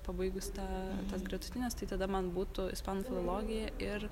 pabaigus tą tas gretutines tai tada man būtų ispanų filologiją ir